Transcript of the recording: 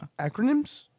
acronyms